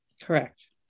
Correct